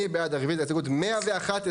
מי בעד רביזיה להסתייגות מספר 108?